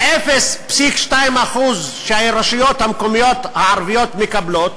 ה-0.2% שהרשויות המקומיות הערביות מקבלות